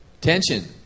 Tension